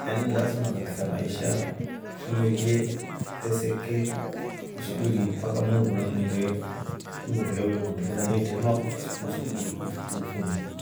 Yani lasma katika maisha ufumilie, uteseke, usubirie mpaka muungu nakuniinge nndo kilya we kundi kolya ni itrema usubiri uf uf ufune.